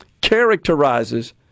characterizes